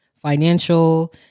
financial